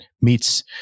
meets